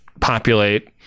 populate